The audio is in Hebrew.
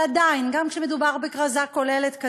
אבל עדיין, גם כשמדובר בכרזה כוללת כזאת,